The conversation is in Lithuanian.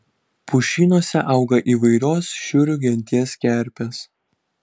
pušynuose auga įvairios šiurių genties kerpės